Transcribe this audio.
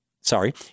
sorry